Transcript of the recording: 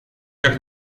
как